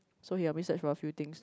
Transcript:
so he help me search for a few thing